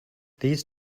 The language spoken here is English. these